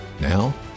Now